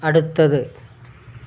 അടുത്തത്